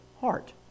heart